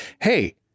hey